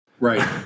Right